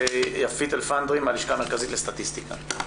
יפית אלפנדרי מהלשכה המרכזית לסטטיסטיקה.